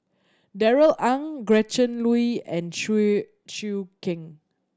Darrell Ang Gretchen Liu and Chew Choo Keng